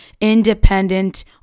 independent